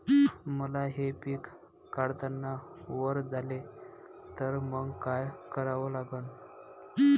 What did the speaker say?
मका हे पिक काढतांना वल झाले तर मंग काय करावं लागन?